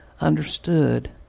understood